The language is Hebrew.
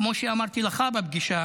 כמו שאמרתי לך בפגישה